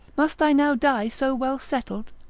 must i now die so well settled?